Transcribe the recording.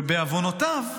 בעוונותיו,